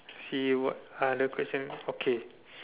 he would other question okay